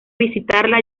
visitarla